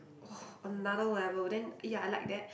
another level then ya I like that